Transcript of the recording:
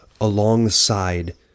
alongside